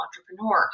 entrepreneur